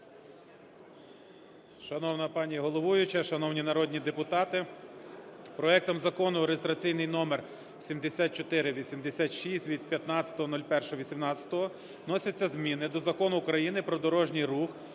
Шановна пані головуюча, шановні народні депутати! Проектом закону (реєстраційний номер 7486, від 15.01.2018) вносяться зміни до Закону України "Про дорожній рух"